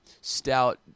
stout